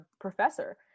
professor